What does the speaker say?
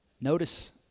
notice